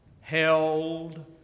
held